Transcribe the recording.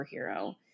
superhero